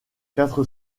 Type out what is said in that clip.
quatre